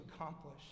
accomplish